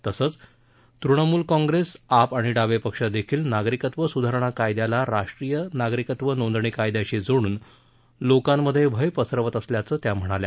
तसंच त्रणमूल काँग्रेस आप आणि डावे पक्ष देखील नागरिकत्व सुधारणा कायद्याला राष्ट्रीय नागरिकत्व नोंदणी कायद्याशी जोडून लोकांमध्ये भय पसरवत असल्याचा त्या म्हणाल्या